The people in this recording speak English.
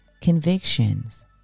convictions